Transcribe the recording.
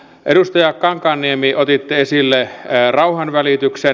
edustaja kankaanniemi otitte esille rauhanvälityksen